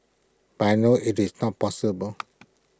but I know IT is not possible